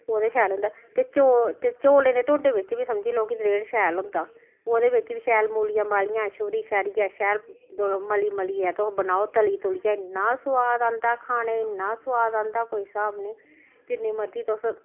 ओह्दे शैल होंदा ते चौल ते चौले दे ढोडे बिच्च समझी लेऔ कि द्रिड़ शैल होंदा ओह्दे बिच्च बी शैल मूलियां मालियां छूरी छारियै शैल ब मली मलियै तुस बनाओ तली तुलियै इन्ना सोआद औंदा खाने गी इन्ना सोआद औंदा कोई स्हाब निं जिन्नी मर्जी तुस